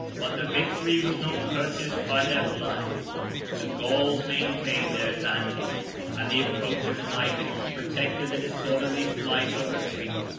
but the victory was not purchased by their blood the gauls maintained their advantage and the approach of night protected the disorderly flight, or retreat,